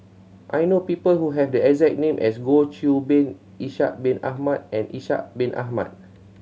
I know people who have the exact name as Goh Qiu Bin Ishak Bin Ahmad and Ishak Bin Ahmad